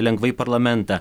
lengvai parlamentą